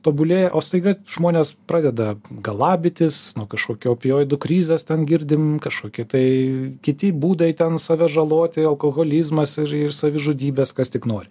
tobulėja o staiga žmonės pradeda galabytis nuo kažkokių opioidų krizės ten girdim kažkoki tai kiti būdai ten save žaloti alkoholizmas ir ir savižudybės kas tik nori